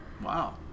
Wow